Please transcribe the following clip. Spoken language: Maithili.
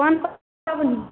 कोन कोन